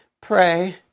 pray